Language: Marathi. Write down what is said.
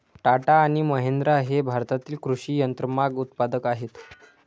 टाटा आणि महिंद्रा हे भारतातील कृषी यंत्रमाग उत्पादक आहेत